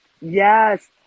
Yes